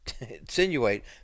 insinuate